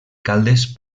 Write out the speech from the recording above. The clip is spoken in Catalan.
caldes